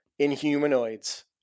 inhumanoids